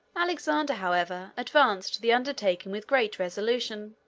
alexander, however, advanced to the undertaking with great resolution.